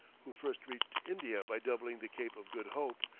who first reached india by doubling the cape of good hope,